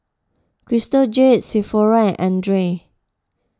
Crystal Jade Sephora and andre